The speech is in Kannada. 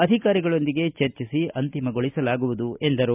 ಅಧಿಕಾರಿಗಳೊಂದಿಗೆ ಚರ್ಚಿಸಿ ಅಂತಿಮಗೊಳಿಸಲಾಗುವುದು ಎಂದರು